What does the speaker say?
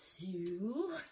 two